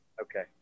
Okay